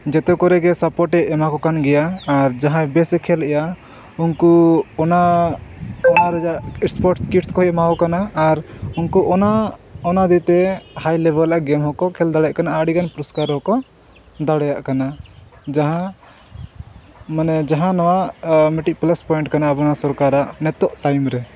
ᱡᱚᱛᱚ ᱠᱚᱨᱮᱜᱮ ᱥᱟᱯᱚᱴᱮ ᱮᱢᱟ ᱠᱚ ᱠᱟᱱ ᱜᱮᱭᱟ ᱟᱨ ᱡᱟᱦᱟᱸᱭ ᱵᱮᱥᱮ ᱠᱷᱮᱞᱮᱫᱼᱟ ᱩᱱᱠᱩ ᱚᱱᱟ ᱚᱱᱟ ᱨᱮᱭᱟᱜ ᱥᱯᱚᱨᱴ ᱠᱤᱴᱥ ᱠᱚᱭ ᱮᱢᱟ ᱠᱚ ᱠᱟᱱᱟ ᱟᱨ ᱩᱱᱠᱩ ᱚᱱᱟ ᱚᱱᱟ ᱦᱚᱛᱮᱫ ᱛᱮ ᱦᱟᱭ ᱞᱮᱵᱷᱮᱞ ᱨᱮᱭᱟᱜ ᱜᱮᱢ ᱦᱚᱸᱠᱚ ᱠᱷᱮᱞ ᱫᱟᱲᱮᱭᱟᱜ ᱠᱟᱱᱟ ᱟᱹᱰᱤᱜᱟᱱ ᱯᱩᱨᱚᱥᱠᱟᱨ ᱦᱚᱸᱠᱚ ᱫᱟᱲᱮᱭᱟᱜ ᱠᱟᱱᱟ ᱡᱟᱦᱟᱸ ᱢᱟᱱᱮ ᱡᱟᱦᱟᱸ ᱱᱚᱣᱟ ᱢᱤᱴᱤᱡ ᱯᱞᱟᱥ ᱯᱚᱸᱭᱮᱱᱴ ᱠᱟᱱᱟ ᱟᱵᱚᱱᱟᱜ ᱥᱚᱨᱠᱟᱨᱟᱜ ᱱᱤᱛᱚᱜ ᱴᱟᱭᱤᱢᱨᱮ